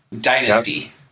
Dynasty